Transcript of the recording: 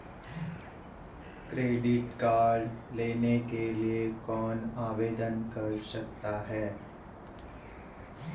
Credit card लेने के लिए कौन आवेदन कर सकता है?